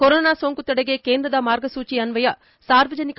corona ಸೋಂಕು ತಡೆಗೆ ಕೇಂದ್ರದ ಮಾರ್ಗಸೂಚೆ ಅನ್ವಯ ಸಾರ್ವಜನಿಕ